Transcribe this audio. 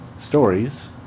Stories